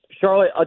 Charlotte